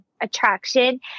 attraction